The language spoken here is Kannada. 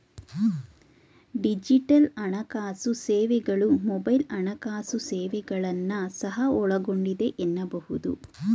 ಡಿಜಿಟಲ್ ಹಣಕಾಸು ಸೇವೆಗಳು ಮೊಬೈಲ್ ಹಣಕಾಸು ಸೇವೆಗಳನ್ನ ಸಹ ಒಳಗೊಂಡಿದೆ ಎನ್ನಬಹುದು